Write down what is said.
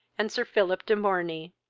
and sir philip de morney.